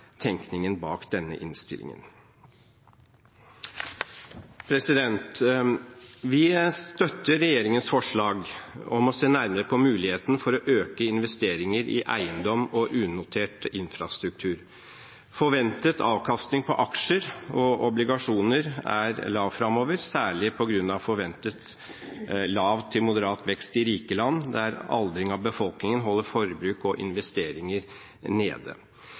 tenkningen bak denne innstillingen. Vi støtter regjeringens forslag om å se nærmere på muligheten for å øke investeringer i eiendom og unotert infrastruktur. Forventet avkastning på aksjer og obligasjoner er lav fremover, særlig på grunn av forventet lav til moderat vekst i rike land, der aldring av befolkningen holder forbruk og investeringer nede.